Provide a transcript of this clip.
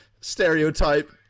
stereotype